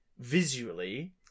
Visually